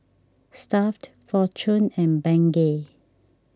Stuff'd fortune and Bengay